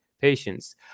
patients